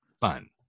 fun